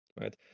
right